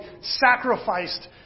sacrificed